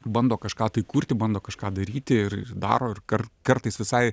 bando kažką tai kurti bando kažką daryti ir daro ir kar kartais visai